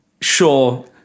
Sure